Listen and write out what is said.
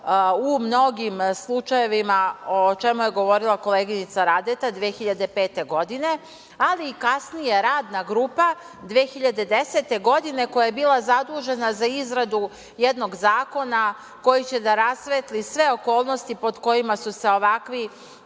u mnogim slučajevima, o čemu je govorila koleginica Radeta, 2005. godine, ali i kasnije Radna grupa, 2010. godine, koja je bila zadužena za izradu jednog zakona koji će da rasvetli sve okolnosti pod kojima su se ovakvi